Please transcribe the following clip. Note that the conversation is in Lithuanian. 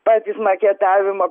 patys maketavimo